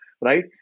right